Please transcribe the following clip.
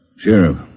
Sheriff